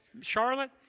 Charlotte